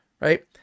right